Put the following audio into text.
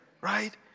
right